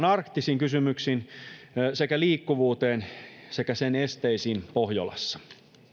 arktisiin kysymyksiin ja liikkuvuuteen sekä sen esteisiin pohjolassa